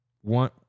one